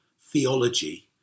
theology